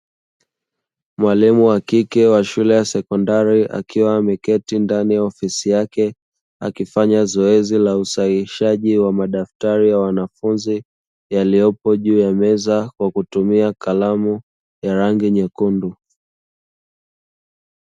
Mwalimu wa kike wa shule ya sekondari akiwa ameketi ndani ya ofisi yake akifanya zoezi la usahihishaji wa madaftari ya wanafunzi yaliyopo juu ya meza kwa kutumia kalamu ya rangi nyekundu.